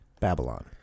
babylon